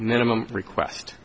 minimum request